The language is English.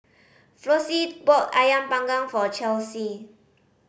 Flossie bought Ayam Panggang for Chelsey